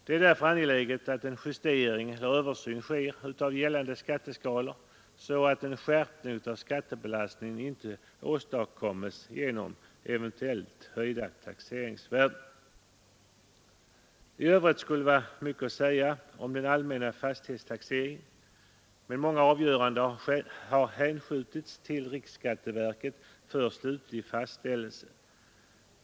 Det är därför angeläget att en justering eller översyn sker av gällande skatteskalor, så att en skärpning av skattebelastningen inte åstadkommes genom eventuellt höjda taxeringsvärden. I övrigt skulle det vara mycket att säga om den allmänna fastighetstaxeringen. Många avgöranden har hänskjutits till riksskatteverket för slutlig fastställelse.